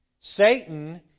Satan